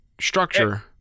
structure